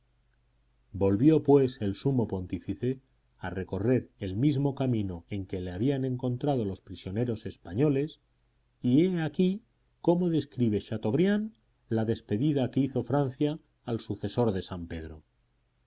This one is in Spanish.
volvió pues el sumo pontífice a recorrer el mismo camino en que le habían encontrado los prisioneros españoles y he aquí cómo describe chateaubriand la despedida que hizo francia al sucesor de san pedro